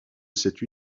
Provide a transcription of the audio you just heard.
cette